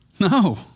no